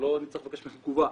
שלא נצטרך לבקש ממנו תגובה,